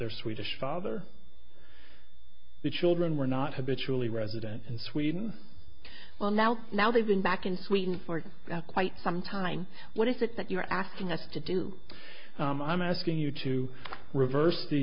their swedish father the children were not have bitterly resident in sweden well now now they've been back in sweden for quite some time what is it that you're asking us to do i'm asking you to reverse the